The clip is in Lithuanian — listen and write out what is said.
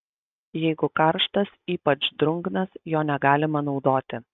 jeigu karštas ypač drungnas jo negalima naudoti